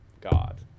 God